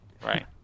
Right